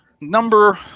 Number